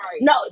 no